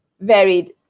varied